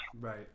Right